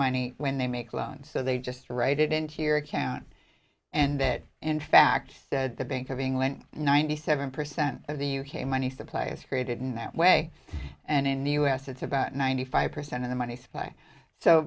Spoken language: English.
money when they make loans so they just write it into your account and that in fact the bank of england ninety seven percent of the u k money supply is created in that way and in the u s it's about ninety five percent of the money supply so